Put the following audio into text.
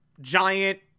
giant